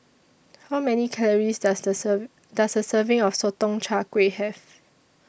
How Many Calories Does A serve Does A Serving of Sotong Char Kway Have